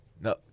no